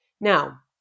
Now